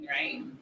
Right